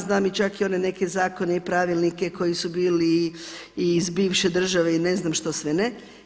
Znam čak i one neke zakone i pravilnike koji su bili i iz bivše države i ne znam što sve ne.